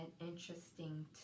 interesting